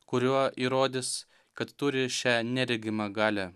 kuriuo įrodys kad turi šią neregimą galią